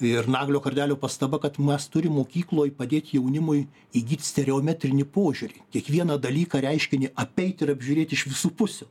ir naglio kardelio pastaba kad mes turim mokykloj padėt jaunimui įgyt stereometrinį požiūrį kiekvieną dalyką reiškinį apeit ir apžiūrėt iš visų pusių